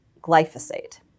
glyphosate